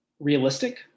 realistic